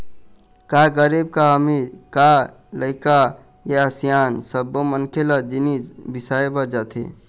का गरीब का अमीर, का लइका का सियान सब्बो मनखे ल जिनिस बिसाए बर जाथे